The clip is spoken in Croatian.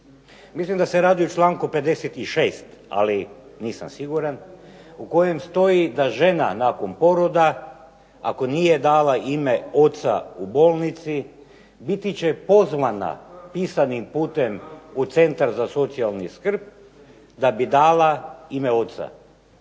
Mislim da se radi o članku 56., ali nisam siguran, u kojem stoji da žena nakon poroda, ako nije dala ime oca u bolnici, biti će pozvana pisanim putem u Centar za socijalni skrb da bi dala ime oca.